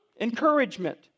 Encouragement